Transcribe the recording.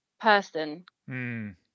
person